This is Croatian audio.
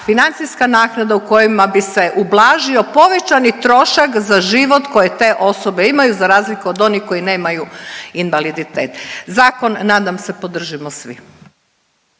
financijska naknada u kojima bi se ublažio povećani trošak za život koji te osobe imaju za razliku od onih koji nemaju invaliditet. Zakon, nadam se, podržimo svi.